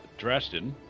Drastin